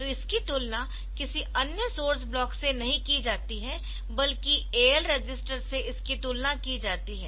तो इसकी तुलना किसी अन्य सोर्स ब्लॉक से नहीं की जाती है बल्कि AL रजिस्टर से इसकी तुलना की जाती है